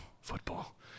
Football